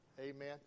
amen